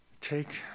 take